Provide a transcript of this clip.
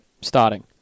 starting